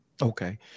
Okay